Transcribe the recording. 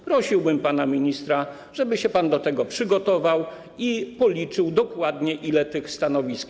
Prosiłbym pana ministra, żeby się pan do niego przygotował i policzył dokładnie, ile jest tych stanowisk.